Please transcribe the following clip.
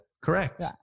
Correct